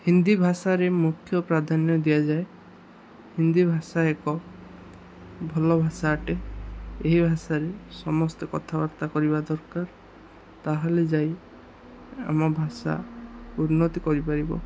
ହିନ୍ଦୀ ଭାଷାରେ ମୁଖ୍ୟ ପ୍ରାଧାନ୍ୟ ଦିଆଯାଏ ହିନ୍ଦୀ ଭାଷା ଏକ ଭଲ ଭାଷା ଅଟେ ଏହି ଭାଷାରେ ସମସ୍ତେ କଥାବାର୍ତ୍ତା କରିବା ଦରକାର ତାହେଲେ ଯାଇ ଆମ ଭାଷା ଉନ୍ନତି କରିପାରିବ